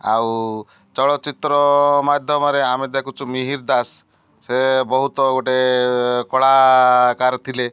ଆଉ ଚଳଚ୍ଚିତ୍ର ମାଧ୍ୟମରେ ଆମେ ଦେଖୁଚୁ ମିହିର ଦାସ ସେ ବହୁତ ଗୋଟେ କଳାକାର ଥିଲେ